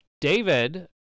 David